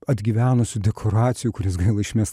atgyvenusių dekoracijų kurias gaila išmest